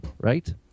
right